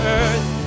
earth